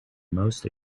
most